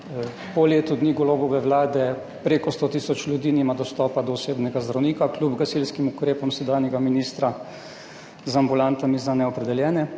po letu dni Golobove Vlade preko 100 tisoč ljudi nima dostopa do osebnega zdravnika kljub gasilskim ukrepom sedanjega ministra z ambulantami za neopredeljene